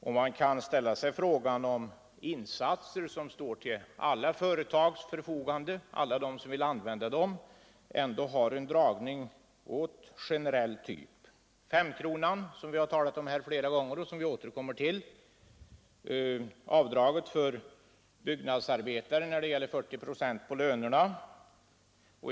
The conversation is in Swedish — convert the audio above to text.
Man kan ju ställa frågan, om insatser som står till förfogande för alla företag som vill använda dem ändå inte har en dragning åt den generella typen: femkronan, som vi talat om flera gånger och som vi återkommer till, och det 40-procentiga avdraget för löner till byggnadsarbetare.